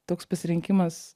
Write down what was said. toks pasirinkimas